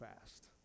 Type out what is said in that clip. fast